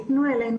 עבירה.